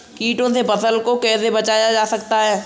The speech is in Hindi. कीटों से फसल को कैसे बचाया जा सकता है?